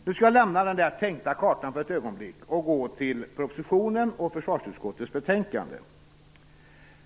Nu skall jag lämna den tänkta kartan för ett ögonblick och gå till propositionen och till försvarsutskottets betänkande.